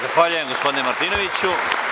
Zahvaljujem gospodinu Martinoviću.